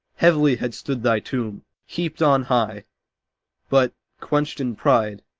heavily had stood thy tomb, heaped on high but, quenched in pride,